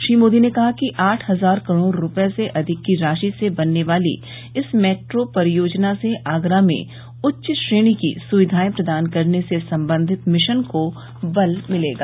श्री मोदी ने कहा कि आठ हजार करोड़ रुपये से अधिक की राशि से बनने वाली इस मेट्रो परियोजना से आगरा में उच्च श्रेणी की सुविधाएं प्रदान करने से संबंधित मिशन को बल मिलेगा